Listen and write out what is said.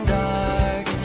dark